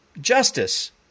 justice